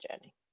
journey